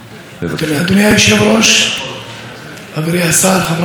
ראש הממשלה היום ריגש אותי בנאום שלו עד מאוד.